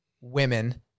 women